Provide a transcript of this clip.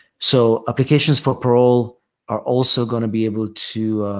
so, applications for parole are also going to be able to,